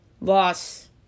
loss